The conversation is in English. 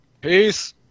Peace